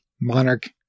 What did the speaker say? monarch